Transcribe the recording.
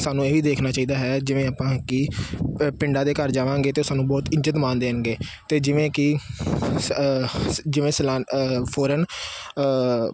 ਸਾਨੂੰ ਇਹ ਵੀ ਦੇਖਣਾ ਚਾਹੀਦਾ ਹੈ ਜਿਵੇਂ ਆਪਾਂ ਕਿ ਪ ਪਿੰਡਾਂ ਦੇ ਘਰ ਜਾਵਾਂਗੇ ਅਤੇ ਉਹ ਸਾਨੂੰ ਬਹੁਤ ਇੱਜ਼ਤ ਮਾਣ ਦੇਣਗੇ ਅਤੇ ਜਿਵੇਂ ਕਿ ਸ ਜਿਵੇਂ ਸੈਲਾ ਫੋਰਨ